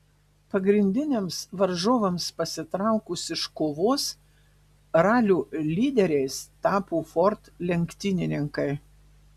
pagrindiniams varžovams pasitraukus iš kovos ralio lyderiais tapo ford lenktynininkai